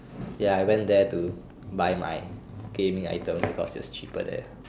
ya I went there to buy my gaming items because it was cheaper there